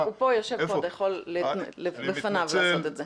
הוא יושב פה, אתה יכול בפניו לעשות את זה.